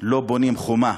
לא בונים חומה,